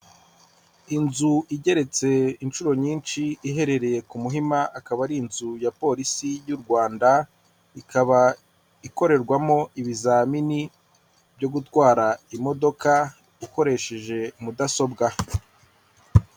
Inzu igeretse inshuro nyinshi iherereye ku Muhima, akaba ari inzu ya polisi y'u Rwanda, ikaba ikorerwamo ibizamini byo gutwara imodoka, ukoresheje mudasobwa.